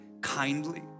kindly